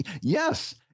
Yes